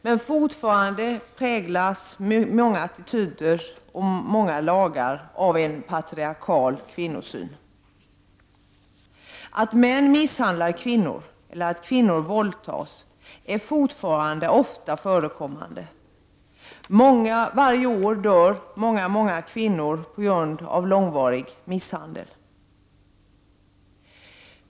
Men fortfarande präglas många attityder och lagar av en patriarkalisk kvinnosyn. Att män misshandlar kvinnor eller att kvinnor våldtas förekommer fortfarande ofta. Varje år dör väldigt många kvinnor till följd av långvarig misshandel.